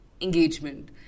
engagement